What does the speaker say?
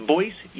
Voice